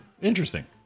Interesting